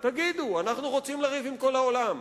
תגידו: אנחנו רוצים לריב עם כל העולם,